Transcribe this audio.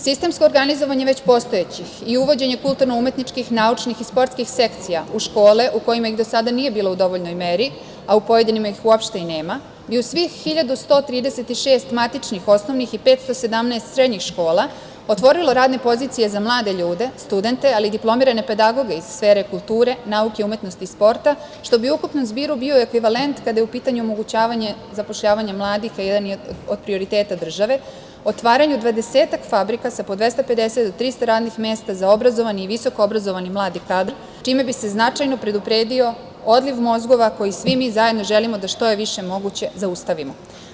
Sistemsko organizovanje već postojećih i uvođenje kulturno-umetničkih, naučnih i sportskih sekcija u škole u kojima ih do sada nije bilo u dovoljnoj meri, a u pojedinim ih uopšte i nema, i u svih 1.136 matičnih osnovnih i 517 srednjih škola otvorilo radne pozicije za mlade ljude, studente, ali i diplomirane pedagoge iz sfere kulture, nauke, umetnosti i sporta, što bi u ukupnom zbiru bio ekvivalent kada je u pitanju omogućavanje zapošljavanja mladih, a jedan je od prioretata države, otvaranju dvadesetak fabrika sa po 250-300 radnih mesta za obrazovani i visoko obrazovani mladi kadar, čime bi se značajno predupredio odliv mozgova koji svi mi zajedno želimo da je što je više moguće zaustavimo.